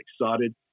excited